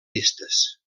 pistes